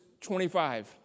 25